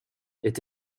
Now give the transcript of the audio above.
est